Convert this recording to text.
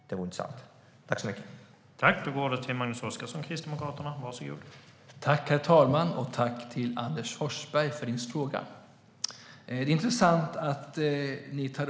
Det vore intressant att få veta.